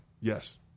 Yes